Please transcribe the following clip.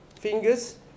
fingers